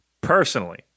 Personally